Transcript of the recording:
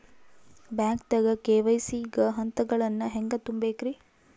ಬ್ಯಾಂಕ್ದಾಗ ಕೆ.ವೈ.ಸಿ ಗ ಹಂತಗಳನ್ನ ಹೆಂಗ್ ತುಂಬೇಕ್ರಿ?